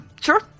Sure